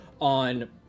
on